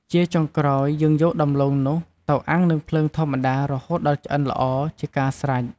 ជាចុងក្រោយ យើងយកដំឡូងនោះ ទៅអាំងនឹងភ្លើងធម្មតារហូតដល់ឆ្អិនល្អជាការស្រេច។